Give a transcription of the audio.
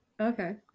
Okay